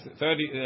thirty